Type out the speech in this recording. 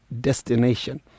destination